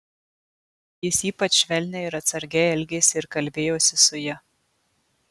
jis ypač švelniai ir atsargiai elgėsi ir kalbėjosi su ja